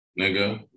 nigga